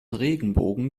regenbogen